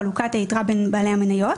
חלוקת היתרה בין בעלי המניות.